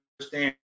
understand